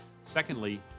Secondly